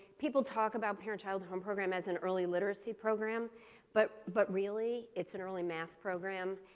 people talk about parent-child home program as an early literacy program but but really, it's an early math program.